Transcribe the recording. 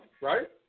right